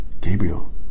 gabriel